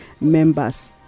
members